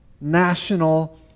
national